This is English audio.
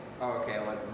okay